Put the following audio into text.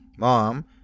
Mom